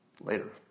later